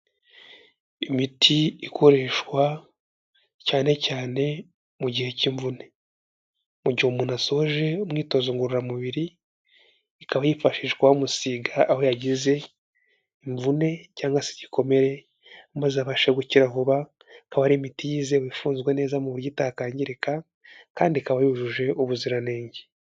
Imiti ikoreshwa, cyane cyane mu gihe cy'imvune. Mu gihe umuntu asoje umwitozo ngororamubiri, ikaba yifashishwa bamusiga aho yagize imvune cyangwa se igikomere, maze abashe gukira vuba, akaba ari imiti yizewe, ifunzwa neza mu buryo itakangirika kandi ikaba yujuje ubuziranenge.